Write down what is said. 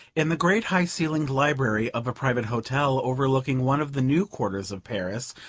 in the great high-ceilinged library of a private hotel overlooking one of the new quarters of paris,